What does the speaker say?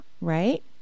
Right